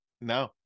No